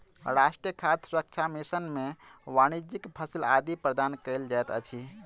राष्ट्रीय खाद्य सुरक्षा मिशन में वाणिज्यक फसिल आदि प्रदान कयल जाइत अछि